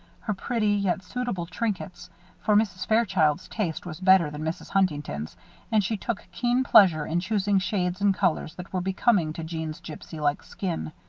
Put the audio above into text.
her pretty, yet suitable trinkets for mrs. fairchild's taste was better than mrs. huntington's and she took keen pleasure in choosing shades and colors that were becoming to jeanne's gypsy-like skin.